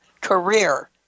career